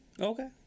Okay